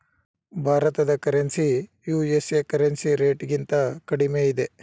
ಭಾರತದ currency USA currency ರೇಟ್ಗಿಂತ ಕಡಿಮೆ ಇದೆ